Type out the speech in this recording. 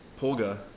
Polga